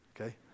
okay